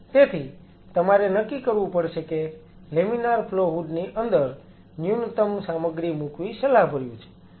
તેથી તમારે નક્કી કરવું પડશે કે લેમિનાર ફ્લો હૂડ ની અંદર ન્યૂનતમ સામગ્રી મૂકવી સલાહભર્યું છે